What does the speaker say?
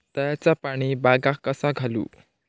तळ्याचा पाणी बागाक कसा घालू?